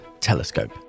telescope